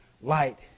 light